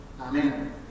Amen